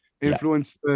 influence